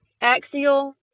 Axial